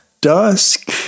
dusk